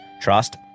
trust